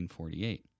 1948